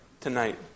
tonight